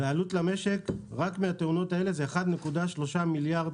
והעלות למשק רק מהתאונות האלה היא 1.3 מיליארד